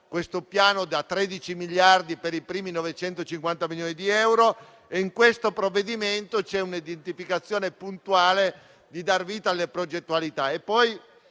il piano da 13 miliardi per i primi 950 milioni di euro. In questo provvedimento c'è un'identificazione puntuale per dar vita alle progettualità.